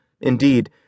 Indeed